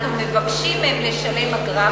אנחנו מבקשים מהם לשלם אגרה,